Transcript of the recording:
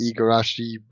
Igarashi